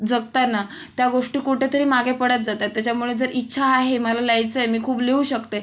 जगताना त्या गोष्टी कुठेतरी मागे पडत जात आहेत त्याच्यामुळे जर इच्छा आहे मला लिहायचं आहे मी खूप लिहू शकते